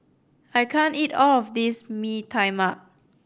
I can't eat all of this Mee Tai Mak